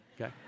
Okay